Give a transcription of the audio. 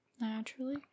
naturally